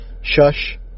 Shush